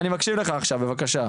אני מקשיב לך עכשיו, בבקשה.